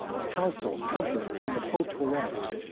of counsel, comfort, and of hope bereft,